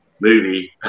movie